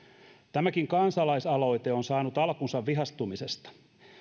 tämäkin kansalaisaloite on saanut alkunsa vihastumisesta